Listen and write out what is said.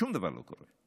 שום דבר לא קורה.